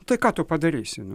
tai ką tu padarysi nu